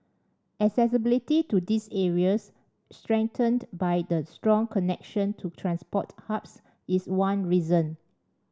accessibility to these areas strengthened by the strong connection to transport hubs is one reason